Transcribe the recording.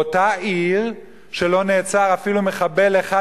באותה עיר שלא נעצר אפילו מחבל אחד,